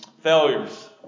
failures